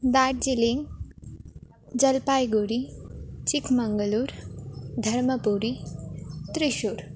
Darjeeling Jalpaiguri Chikmagalur Dharmapuri Thrissur